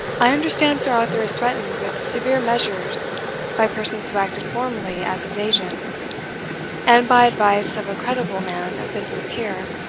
i understand sir arthur is threatened with severe measures by persons who acted formerly as his agents and, by advice of a creditable man of business here,